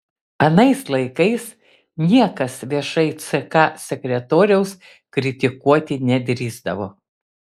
anais laikais niekas viešai ck sekretoriaus kritikuoti nedrįsdavo